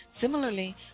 Similarly